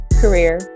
career